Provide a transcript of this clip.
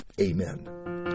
Amen